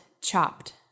chopped